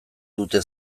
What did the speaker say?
dute